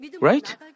right